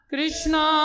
Krishna